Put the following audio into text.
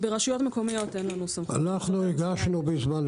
ברשויות מקומיות אין לנו סמכות --- יש לכם.